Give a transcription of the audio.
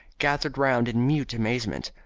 gathered round in mute astonishment.